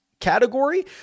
category